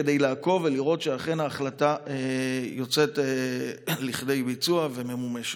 כדי לעקוב ולראות שההחלטה אכן יוצאת לביצוע וממומשת.